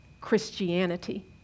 Christianity